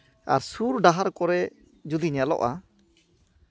ᱟᱨ ᱥᱩᱨ ᱰᱟᱦᱟᱨ ᱠᱚᱨᱮ ᱡᱩᱫᱤ ᱧᱮᱞᱚᱜᱼᱟ